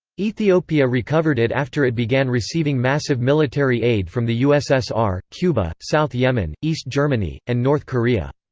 ethiopia recovered it after it began receiving massive military aid from the ussr, cuba, south yemen, east germany, and north korea.